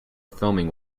filming